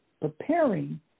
preparing